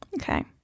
okay